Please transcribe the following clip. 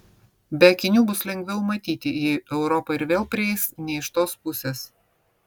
be akinių bus lengviau matyti jei europa ir vėl prieis ne iš tos pusės